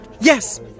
Yes